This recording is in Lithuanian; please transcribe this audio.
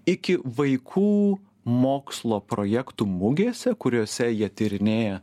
iki vaikų mokslo projektų mugėse kuriose jie tyrinėja